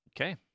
Okay